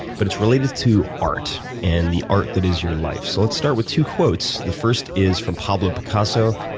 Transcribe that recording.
but it's related to art, and the art that is your life. so let's start with two quotes. the first is from pablo picasso,